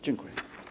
Dziękuję.